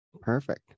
perfect